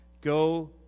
Go